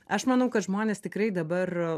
aš manau kad žmonės tikrai dabar